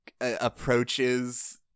approaches